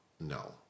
no